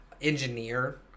engineer